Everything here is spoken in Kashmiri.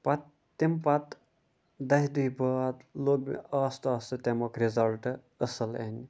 پَتہٕ تمہِ پَتہٕ دَہہِ دُہہِ بعد لوٚگ مےٚ آستہٕ آستہٕ تَمیُک رِزَلٹ أصٕل اِنہِ